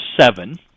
seven